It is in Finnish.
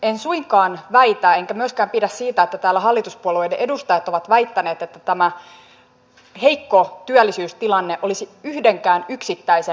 en suinkaan väitä enkä myöskään pidä siitä että täällä hallituspuolueiden edustajat ovat väittäneet että tämä heikko työllisyystilanne olisi yhdenkään yksittäisen hallituksen syytä